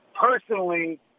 personally